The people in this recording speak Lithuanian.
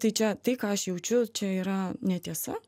tai čia tai ką aš jaučiu čia yra netiesa